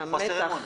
המתח.